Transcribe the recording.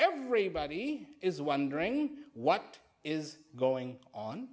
everybody is wondering what is going on